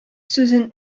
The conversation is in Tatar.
сүзен